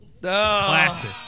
Classic